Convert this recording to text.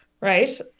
Right